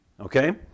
okay